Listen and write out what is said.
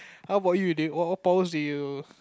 how about you leh what what powers do you